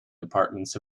departments